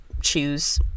choose